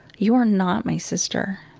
you are not my sister.